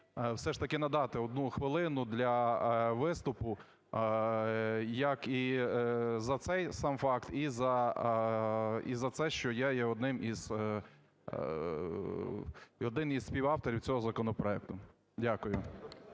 все ж таки надати одну хвилину для виступу як і за цей сам факт, і за це, що я є одним із… один із співавторів цього законопроекту. Дякую.